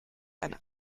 ein